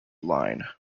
line